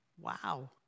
Wow